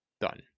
done